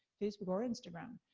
facebook or instagram,